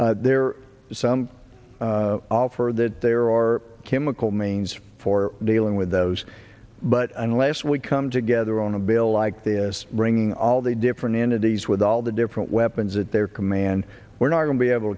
species there is some all for that there are chemical means for dealing with those but unless we come together on a bill like this bringing all the different entities with all the different weapons at their command we're not going to be able